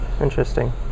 interesting